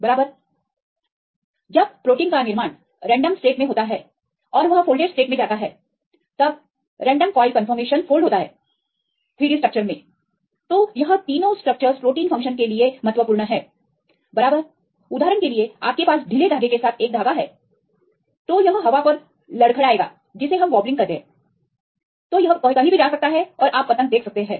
बराबर जब प्रोटीन का निर्माण रेंडम स्टेट में होता है और वह फोल्डेड स्टेट में जाता है तब रेंडम कॉइल कन्फर्मेशन फोल्ड होता है 3D स्ट्रक्चर में तो यह तीनों स्ट्रक्चरस प्रोटीन फंक्शन के लिए महत्वपूर्ण है बराबर उदाहरण के लिए आपके पास ढीले धागे के साथ एक धागा है तो यह हवा पर लड़खड़ाएगा तो यह कहीं भी जा सकता है आप पतंग देख सकते हैं